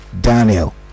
daniel